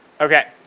Okay